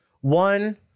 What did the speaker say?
One